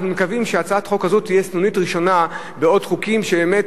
אנחנו מקווים שהצעת החוק הזאת תהיה הסנונית הראשונה בחוקים שבאמת